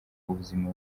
ubuzima